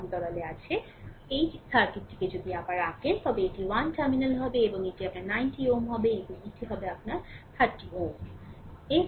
সুতরাং যদি এই সার্কিটটিকে আবার আঁকেন তবে এটি 1 টার্মিনাল হবে এবং এটি আপনার 90 Ω হবে এবং এটি আপনার হবে 30 Ω